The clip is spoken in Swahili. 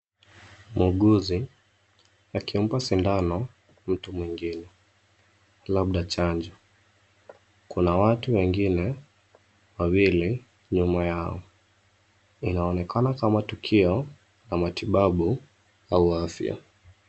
Muuguzi, akimpa sindano, mtu mwingine. Labda chanjo. Kuna watu wengine, wawili nyuma yao. Inaonekana kama tukio la matibabu au afya.